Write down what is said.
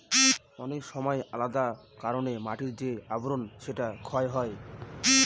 অনেক সময় আলাদা কারনে মাটির যে আবরন সেটা ক্ষয় হয়